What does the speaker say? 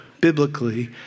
biblically